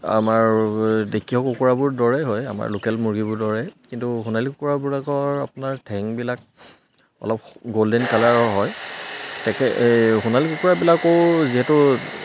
আমাৰ দেশীয় কুকুৰাবোৰৰ দৰে হয় আমাৰ লোকেল মুৰ্গীবোৰ দৰে কিন্তু সোণালী কুকুৰাবিলাকৰ আপোনাৰ ঠেংবিলাক অলপ গ'ল্ডেন কালাৰৰ হয় তেখেত এই সোণালী কুকুৰাবিলাকো যিহেতু